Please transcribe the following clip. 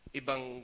ibang